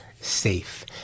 safe